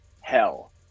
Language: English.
hell